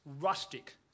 rustic